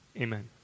Amen